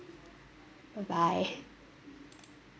bye bye